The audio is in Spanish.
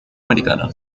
americana